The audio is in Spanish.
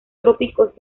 trópicos